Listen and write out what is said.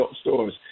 stores